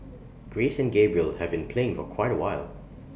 grace and Gabriel have been playing for quite awhile